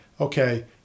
okay